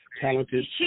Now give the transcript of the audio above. talented